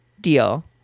deal